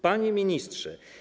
Panie Ministrze!